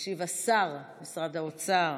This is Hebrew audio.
ישיב השר במשרד האוצר